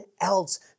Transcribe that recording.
else